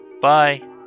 bye